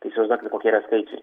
tai įsivaizduokit kokie yra skaičiai